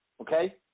okay